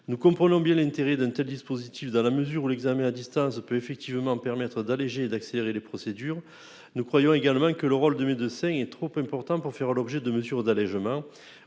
Nous comprenons bien l'intérêt d'un tel dispositif, dans la mesure où l'examen à distance permet en effet d'alléger et d'accélérer les procédures, mais nous croyons également que le rôle du médecin est trop important pour que ces procédures fassent l'objet de mesures d'allégement.